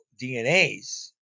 DNAs